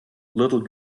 little